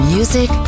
Music